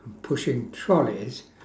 and pushing trolleys